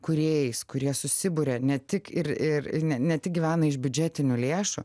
kūrėjais kurie susiburia ne tik ir ir ir ne tik gyvena iš biudžetinių lėšų